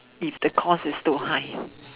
if the course is too high